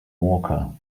walker